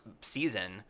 season